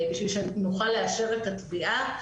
בשביל שנוכל לאשר את התביעה,